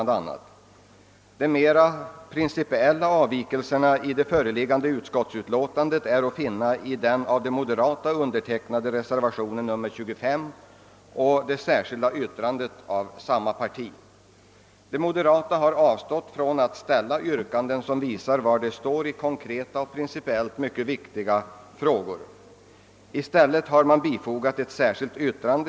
De mera principiella avvikelserna i det förevarande utskottsutlåtandet är att finna i den av de moderata angivna reservationen 25 och i det särskilda yttrandet från samma parti. De moderata har avstått från att ställa yrkanden som visar var de står i konkreta och principiellt viktiga frågor. I stället har moderata samlingspartiets utskottsledamöter avgivit ett särskilt yttrande.